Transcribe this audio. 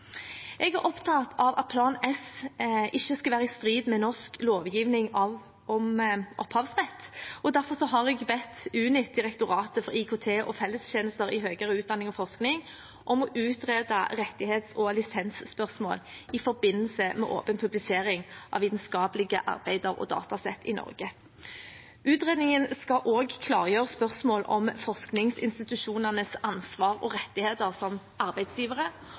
Jeg er opptatt av at Plan S ikke skal være i strid med norsk lovgivning om opphavsrett. Derfor har jeg bedt Unit – Direktoratet for IKT og fellestjenester i høyere utdanning og forskning – om å utrede rettighets- og lisensspørsmål i forbindelse med åpen publisering av vitenskapelige arbeider og datasett i Norge. Utredningen skal også klargjøre spørsmål om forskningsinstitusjonenes ansvar og rettigheter som arbeidsgivere